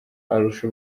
arusha